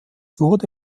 wurde